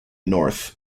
north